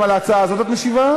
גם על ההצעה הזאת את משיבה?